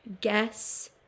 Guess